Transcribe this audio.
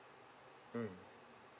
mm